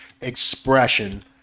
expression